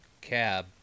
cab